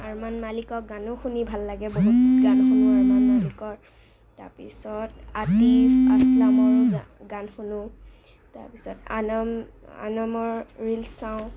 আৰমান মালিকৰ গানো শুনি ভাল লাগে বহুত গান শুনো আৰমান মালিকৰ তাৰপিছত আতিফ আছলামৰ গান গান শুনো তাৰপিছত আনম আনমৰ ৰিলচ চাওঁ